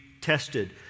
tested